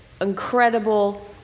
incredible